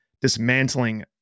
dismantling